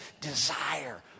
desire